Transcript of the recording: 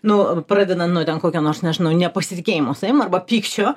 nu pradedant nu ten kokio nors nežinau nepasitikėjimo savim arba pykčio